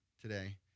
today